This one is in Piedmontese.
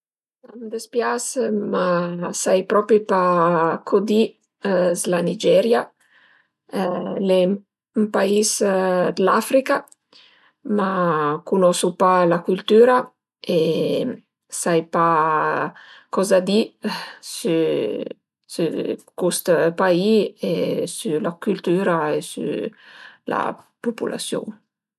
A m'dispias ma sai propi pa co di s'la Nigeria, al e ün pais dë l'Africa, ma cunosu pa la cültüra e sai pa coza di sü cust paì e sü la cültüra e sü la pupulasiun